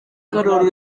karoli